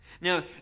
Now